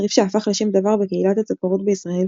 צריף שהפך לשם דבר בקהילת הצפרות בישראל,